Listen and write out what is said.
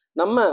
Nama